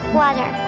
water